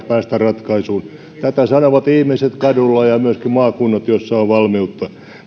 päästä ratkaisuun tätä sanovat ihmiset kadulla ja myöskin maakunnat joissa on valmiutta